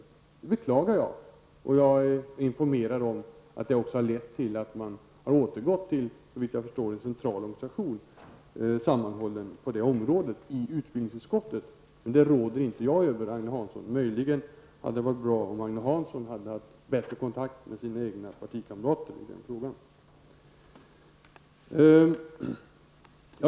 Det beklagar jag. Jag är informerad om att det också har lett till att man i utbildningsutskottet har återgått till en central organisation, sammanhållen på detta område. Men det råder inte jag över, Agne Hansson. Men det hade varit bra om Agne Hansson hade haft bättre kontakt med sina egna partikamrater i den frågan.